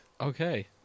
Okay